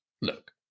look